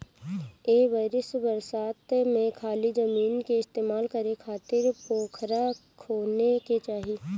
ए बरिस बरसात में खाली जमीन के इस्तेमाल करे खातिर पोखरा खोने के चाही